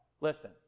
Listen